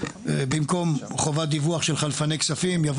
במקום "חובת דיווח של חלפני כספים" יבוא